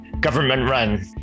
government-run